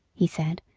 he said,